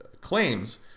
claims